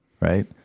Right